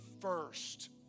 first